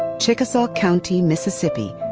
chickasaw county, mississippi,